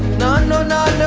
not not